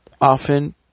often